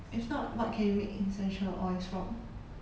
if not what can you make essential oils from